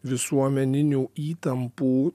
visuomeninių įtampų